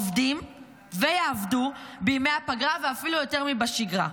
עובדים ויעבדו בימי הפגרה ואפילו יותר מבשגרה,